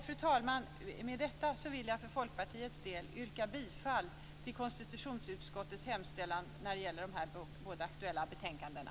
Fru talman! Med detta vill jag för Folkpartiets del yrka bifall till konstitutionsutskottets hemställan i de båda aktuella betänkandena.